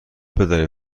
بدانیم